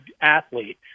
athlete